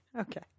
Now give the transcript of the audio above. Okay